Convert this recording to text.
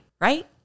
right